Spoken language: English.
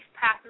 path